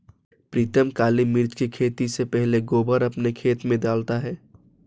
प्रीतम काली मिर्च की खेती से पहले गोबर अपने खेत में डालता है